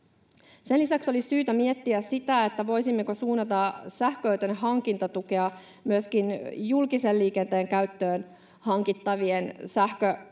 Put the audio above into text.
Sen lisäksi olisi syytä miettiä sitä, voisimmeko suunnata sähköauton hankintatukea myöskin julkisen liikenteen käyttöön hankittavien sähköautojen